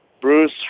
Bruce